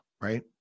right